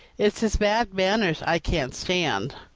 it's his bad manners i can't stand.